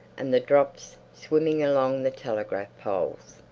and the drops, swimming along the telegraph poles,